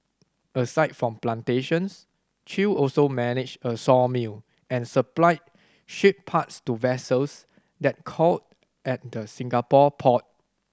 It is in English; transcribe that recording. aside from plantations Chew also managed a sawmill and supplied ship parts to vessels that called at the Singapore port